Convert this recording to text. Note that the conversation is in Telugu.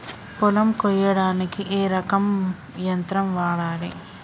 పొలం కొయ్యడానికి ఏ రకం యంత్రం వాడాలి?